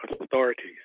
authorities